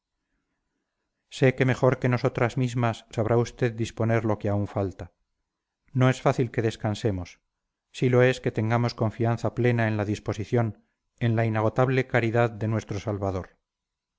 sé que mejor que nosotras mismas sabrá usted disponer lo que aún falta no es fácil que descansemos sí lo es que tengamos confianza plena en la disposición en la inagotable caridad de nuestro salvador